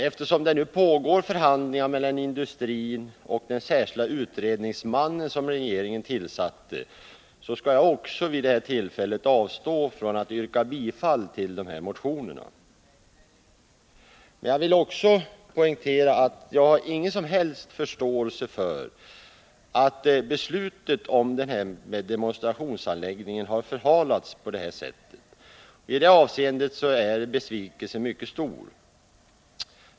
Eftersom det nu pågår förhandlingar mellan industrin och den särskilda utredningsman som regeringen tillsatt skall också jag vid det här tillfället avstå från att yrka bifall till dessa motioner. Jag vill emellertid poängtera att jag inte har någon som helst förståelse för att beslutet om en demonstrationsanläggning har förhalats på det här sättet. I det avseendet är besvikelsen mycket stor.